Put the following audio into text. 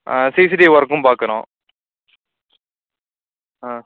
CCTV ஒர்க்கும் பார்க்கறோம் ஆ